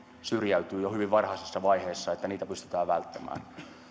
syrjäytyy jo hyvin varhaisessa vaiheessa pystytään välttämään